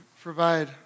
provide